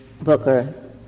Booker